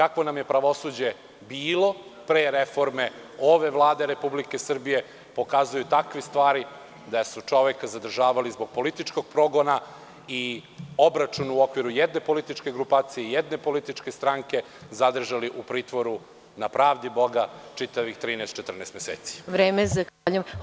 Kakvo nam je pravosuđe bilo pre reforme ove Vlade Republike Srbije pokazuju takve stvari da su čoveka zadržavali zbog političkog progona i obračuna u okviru jedne političke grupacije, jedne političke stranke zadržali u pritvoru, na pravdi Boga čitavih 13, 14 meseci.